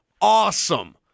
awesome